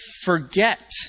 forget